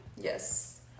Yes